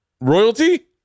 royalty